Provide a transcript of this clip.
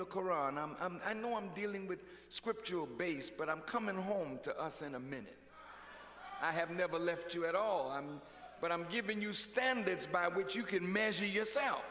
the koran i know i'm dealing with scriptural base but i'm coming home to us in a minute i have never left you at all but i'm giving you standards by which you can measure yourself